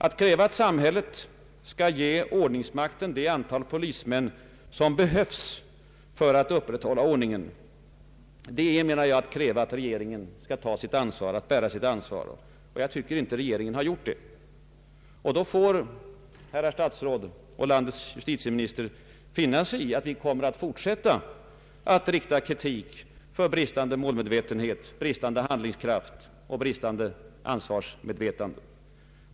Att kräva att samhället skall ge ord ningsmakten det antal polismän som behövs för att upprätthålla ordningen är, menar jag, att kräva att regeringen skall bära sitt ansvar. Vi tycker inte att regeringen har gjort det, och då får herrar statsråd och landets justitieminister finna sig i att vi kommer att fortsätta att rikta kritik för bristande målmedvetenhet, bristande handlingskraft och bristande ansvarsmedvetande.